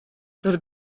der